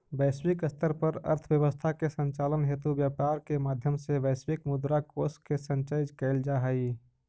वैश्विक स्तर पर अर्थव्यवस्था के संचालन हेतु व्यापार के माध्यम से वैश्विक मुद्रा कोष के संचय कैल जा हइ